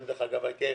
אני הייתי היחידי.